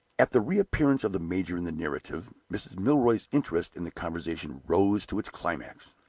at the re-appearance of the major in the narrative, mrs. milroy's interest in the conversation rose to its climax.